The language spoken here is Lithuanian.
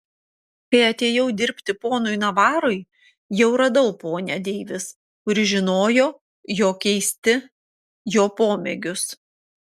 kai atėjau dirbti ponui navarui jau radau ponią deivis kuri žinojo jo keisti jo pomėgius